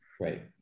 Right